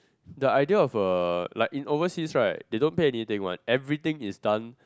the idea of a like in overseas right they don't pay anything everything is done